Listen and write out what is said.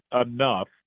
enough